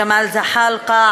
ג'מאל זחאלקה,